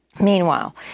Meanwhile